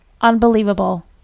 Unbelievable